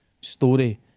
story